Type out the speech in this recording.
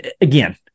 Again